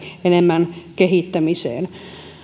enemmän kehittämiseen